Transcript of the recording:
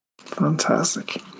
fantastic